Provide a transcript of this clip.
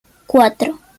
cuatro